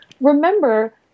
Remember